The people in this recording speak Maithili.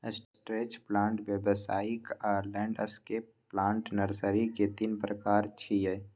स्ट्रेच प्लांट, व्यावसायिक आ लैंडस्केप प्लांट नर्सरी के तीन प्रकार छियै